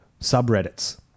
subreddits